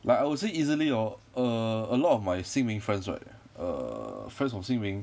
like I would say easily hor err a lot of my sin ming friends right err friends from sin ming